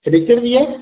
furniture दी ऐ